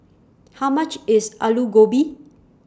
How much IS Alu Gobi